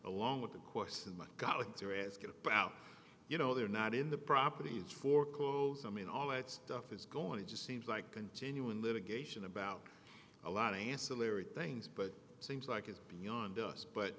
along with the question mike golic they're asking about you know they're not in the properties for cause i mean all that stuff is going it just seems like continuing litigation about a lot of ancillary things but it seems like it's beyond us but